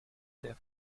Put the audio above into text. der